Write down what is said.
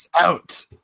out